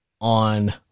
on